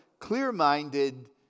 Clear-minded